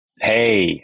Hey